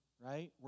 right